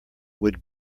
would